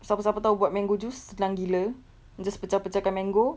siapa siapa tahu buat mango juice senang gila just pecah-pecahkan mango